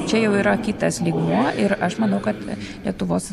čia jau yra kitas lygmuo ir aš manau kad lietuvos